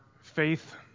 faith